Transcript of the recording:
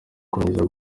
kurangira